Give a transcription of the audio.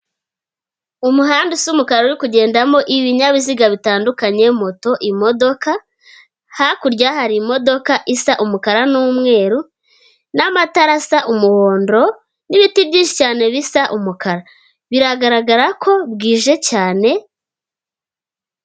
Umuhanda usa umukara uri kugendamo ibinyabiziga bitandukanye, moto, imodoka, hakurya hari imodoka isa umukara n'umweru n'amatara asa umuhondo n'ibiti byinshi cyane bisa umukara, biragaragara ko bwije cyane.